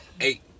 eight